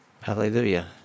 Hallelujah